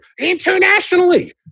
Internationally